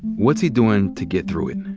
what's he doin' to get through it?